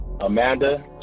Amanda